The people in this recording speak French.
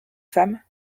femme